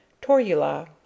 Torula